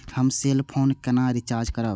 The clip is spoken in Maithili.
हम सेल फोन केना रिचार्ज करब?